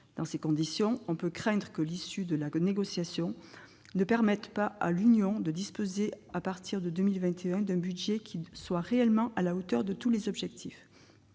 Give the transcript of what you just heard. Dans ces conditions, on peut craindre que l'issue de la négociation ne permette pas à l'Union de disposer, à partir de 2021, d'un budget réellement à la hauteur de tous les objectifs.